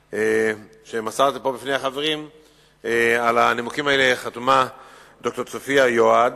שמסרתי בפני החברים חתומה ד"ר צופיה יועד,